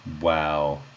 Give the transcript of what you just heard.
Wow